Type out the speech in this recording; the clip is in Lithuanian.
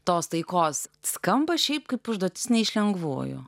tos taikos skamba šiaip kaip užduotis ne iš lengvųjų